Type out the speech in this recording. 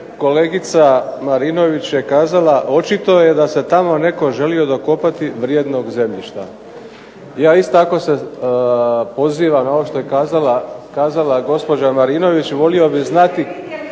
Kolegica Marinović je kazala očito je da se tamo netko želio dokopati vrijednog zemljišta. Ja isto tako se pozivam na ono što je kazala gospođa Marinović, volio bih znati